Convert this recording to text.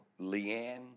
Leanne